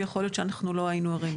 שיכול להיות שאנחנו לא היינו ערים לכך.